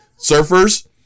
Surfers